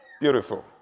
Beautiful